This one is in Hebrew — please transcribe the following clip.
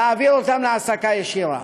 ולהעביר אותם להעסקה ישירה.